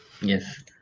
Yes